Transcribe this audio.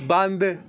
ਬੰਦ